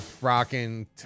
Rocking